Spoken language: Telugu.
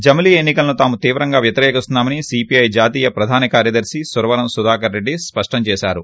జమిలీ ఎన్ని కలను తాము తీవ్రంగా వ్యతిరేకిస్తున్నామని సీపీఐ జాతీయ ప్రధాన కార్యదర్తి సురవరం సుధాకర్రెడ్డి స్పష్టం చేశారు